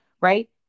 right